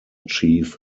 chief